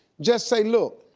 just say, look,